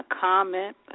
comment